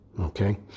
Okay